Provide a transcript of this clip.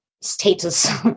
status